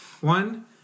One